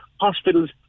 hospitals